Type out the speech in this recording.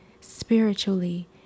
spiritually